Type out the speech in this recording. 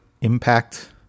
impact